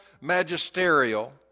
magisterial